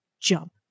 jump